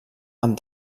amb